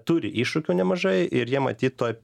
turi iššūkių nemažai ir jie matyt toje